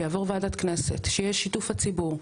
שיעבור ועדת כנסת, שיהיה שיתוף הציבור.